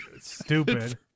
stupid